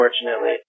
unfortunately